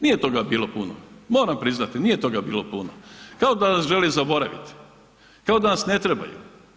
Nije toga bilo puno, moram priznati, nije toga bilo puno, kao da nas žele zaboraviti, kao da nas ne trebaju.